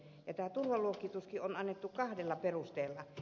tämä turvaluokituskin on annettu kahdella perusteella